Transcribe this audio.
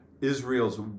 Israel's